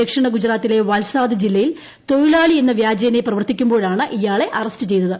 ദക്ഷിണ ഗുജറാത്തിലെ വൽസാദ് ജില്ലയിൽ തൊഴിലാളിയെന്ന വ്യാജേന പ്രവർത്തിക്കുമ്പോഴാണ് ഇയാളെ അറസ്റ്റ് ചെയ്തത്